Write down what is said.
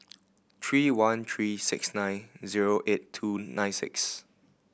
three one three six nine zero eight two nine six